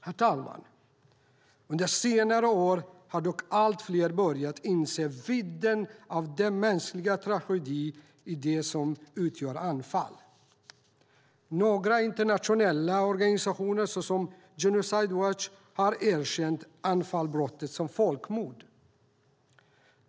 Herr talman! Under senare år har dock allt fler börjat inse vidden av den mänskliga tragedin i det som utgör Anfal. Några internationella organisationer, till exempel Genocide Watch har erkänt Anfalbrottet som folkmord.